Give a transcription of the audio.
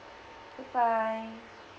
goodbye